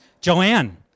Joanne